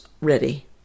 ready